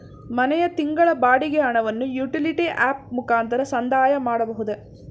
ಮನೆಯ ತಿಂಗಳ ಬಾಡಿಗೆ ಹಣವನ್ನು ಯುಟಿಲಿಟಿ ಆಪ್ ಮುಖಾಂತರ ಸಂದಾಯ ಮಾಡಬಹುದೇ?